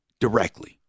directly